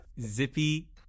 Zippy